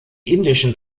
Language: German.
indischen